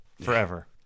forever